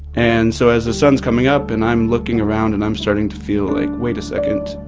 and so as the sun's coming up, and i'm looking around and i'm starting to feel like, wait a second,